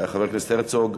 חבר הכנסת הרצוג?